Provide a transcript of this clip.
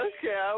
Okay